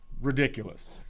Ridiculous